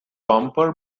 bumper